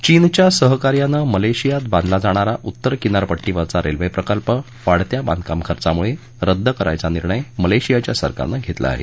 चीनच्या सहकार्यानं मलेशियात बांधला जाणारा उत्तर किनारपट्टीवरचा रेल्वे प्रकल्प वाढत्या बांधकाम खर्चामुळे रद्द करायचा निर्णय मलेशियाच्या सरकारनं घेतला आहे